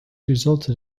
resulted